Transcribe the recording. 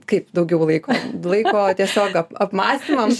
kaip daugiau laiko laiko tiesiog ap apmąstymams